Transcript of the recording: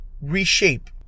Reshape